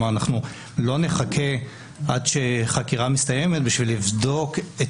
אנחנו לא נחכה עד שחקירה מסתיימת בשביל לבדוק את